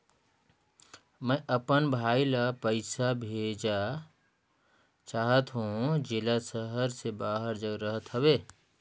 मैं अपन भाई ल पइसा भेजा चाहत हों, जेला शहर से बाहर जग रहत हवे